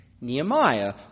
Nehemiah